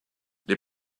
les